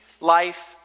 life